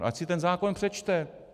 Ať si ten zákon přečte.